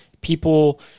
people